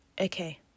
okay